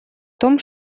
том